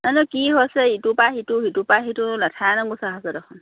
জানো কি হৈছে ইটোৰপৰা সিটো ইটোৰপৰা সিটো লেঠাই নুগুচা গৈছে দেখোন